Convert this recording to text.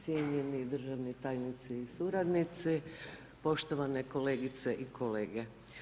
Cijenjeni državni tajniče i suradnici, poštovane kolegice i kolege.